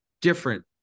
different